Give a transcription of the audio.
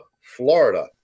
Florida